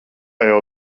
jau